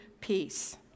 peace